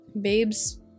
babes